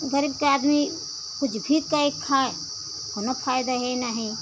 घर का आदमी कुछ भी के खाए कोनो फायदा है नहीं